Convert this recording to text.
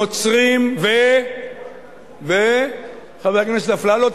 נוצרים ו ; חבר הכנסת אפללו,